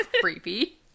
creepy